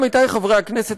עמיתי חברי הכנסת,